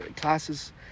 classes